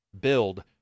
build